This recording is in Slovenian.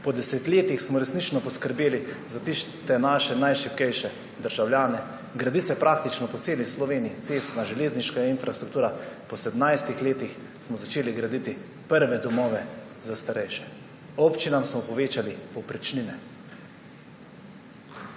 po desetletjih smo resnično poskrbeli za naše najšibkejše državljane, gradi se praktično po celi Sloveniji, cestna, železniška infrastruktura, po 17 letih smo začeli graditi prve domove za starejše, občinam smo povečali povprečnine,